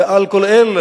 ועל כל אלה,